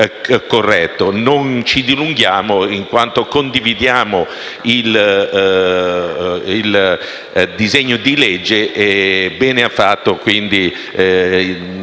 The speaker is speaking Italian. Non ci dilunghiamo, in quanto condividiamo il disegno di legge e ci